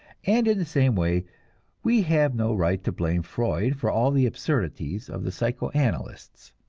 and in the same way we have no right to blame freud for all the absurdities of the psychoanalysts.